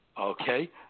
Okay